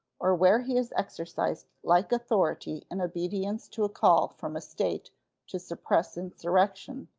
or where he has exercised like authority in obedience to a call from a state to suppress insurrection,